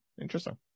interesting